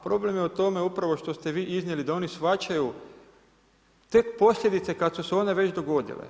Problem je u tome, upravo, što ste vi iznijeli da oni shvaćaju tek posljedice kad su se one već dogodile.